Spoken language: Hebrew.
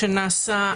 שנעשה,